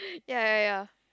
ya ya ya